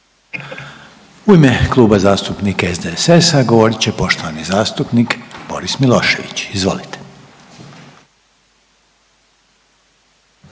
U ime Kluba zastupnika SDSS-a, govorit će poštovani zastupnik Boris Milošević. Izvolite.